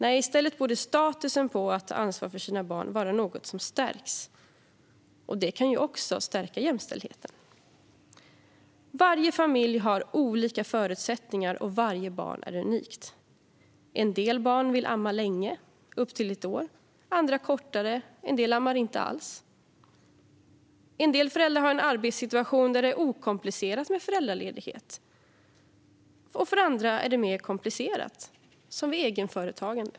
I stället borde statusen när det gäller att ta ansvar för sina barn vara något som stärks. Detta kan också stärka jämställdheten. Varje familj har olika förutsättningar, och varje barn är unikt. En del barn vill amma länge - upp till ett år - andra kortare, medan en del inte ammar alls. En del föräldrar har en arbetssituation där det är okomplicerat med föräldraledighet, och för andra är det mer komplicerat, som vid egenföretagande.